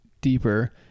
deeper